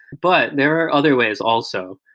but there are other ways also.